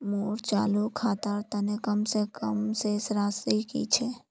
मोर चालू खातार तने कम से कम शेष राशि कि छे?